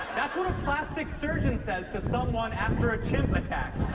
that's what a plastic surgeon says to someone after a chimp attack.